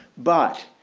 but